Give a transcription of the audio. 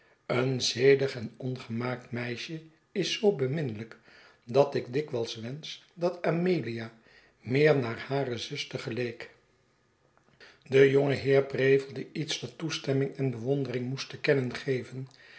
een zedig en ongemaakt meisje is zoo beminnelijk dat ik dikwijls wensch dat amelia meer naar hare zuster geleek de jonge heer prevelde iets dat toestemming en bewondering moest te kennen geven